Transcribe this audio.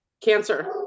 Cancer